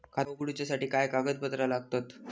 खाता उगडूच्यासाठी काय कागदपत्रा लागतत?